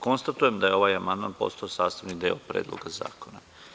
Konstatujem da je ovaj amandman postao sastavni deo Predloga zakona.